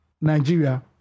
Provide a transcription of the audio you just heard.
Nigeria